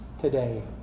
today